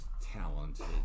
talented